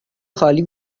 خالی